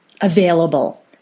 available